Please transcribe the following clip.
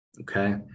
okay